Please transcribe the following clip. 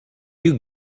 you